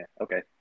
okay